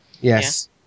Yes